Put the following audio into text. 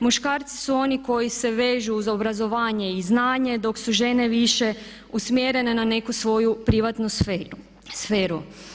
Muškarci su oni koji se vežu uz obrazovanje i znanje dok su žene više usmjerene na neku svoju privatnu sferu.